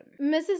Mrs